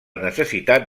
necessitat